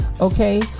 okay